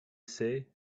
say